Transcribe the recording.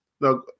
Now